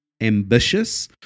ambitious